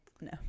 no